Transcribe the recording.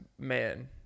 man